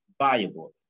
viable